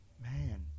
man